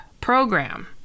program